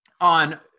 on